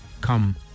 come